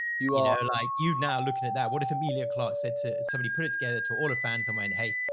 you are like you now looking at that, what if amelia clark said to somebody, put it together to all the fans. um i mean, and hey,